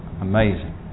amazing